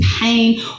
pain